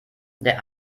der